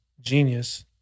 genius